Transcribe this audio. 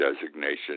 designation